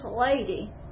lady